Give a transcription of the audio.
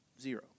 Zero